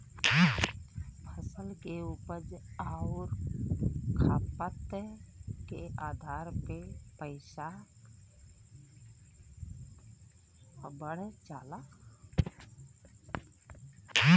फसल के उपज आउर खपत के आधार पे पइसवा बढ़ जाला